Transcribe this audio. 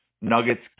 Nuggets